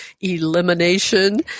elimination